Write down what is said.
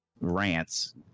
rants